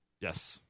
Yes